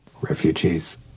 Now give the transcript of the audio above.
refugees